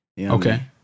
Okay